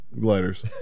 gliders